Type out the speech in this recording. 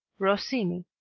rossini,